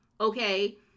okay